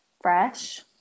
fresh